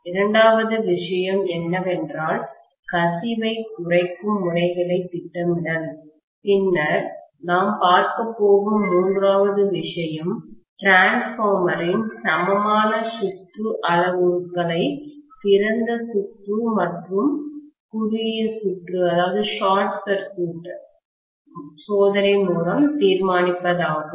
இரண்டாவது விஷயம் என்னவென்றால் கசிவைக் குறைக்கும் முறைகளை திட்டமிடல்பின்னர் நாம் பார்க்கப் போகும் மூன்றாவது விஷயம் டிரான்ஸ்பார்மரின்மின்மாற்றியின் சமமான சுற்று அளவுருக்களை திறந்த சுற்று மற்றும் குறுகியசார்ட் சுற்று சோதனை மூலம் தீர்மானிப்பதாகும்